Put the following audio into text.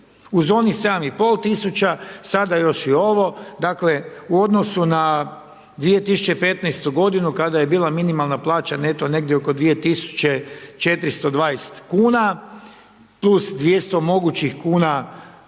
uz onih 7.500,00 kn, sada još i ovo, dakle, u odnosu na 2015.-tu godinu kada je bila minimalna plaća neto negdje oko 2.420,00 kn + 200,00 kn mogućih od